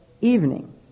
evening